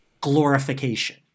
glorification